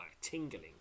tingling